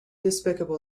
despicable